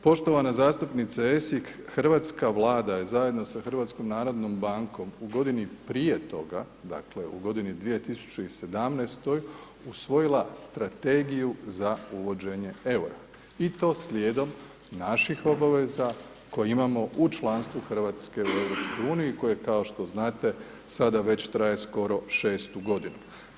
Poštovana zastupnice Esih, hrvatska Vlada je zajedno sa HNB-om u godini prije toga, dakle u godini 2017., usvojila strategiju za uvođenje eura i to slijedom naših obaveza koje imamo u članstvu Hrvatske u EU-u i koje kao što znate, sada već traje skoro 6. godinu.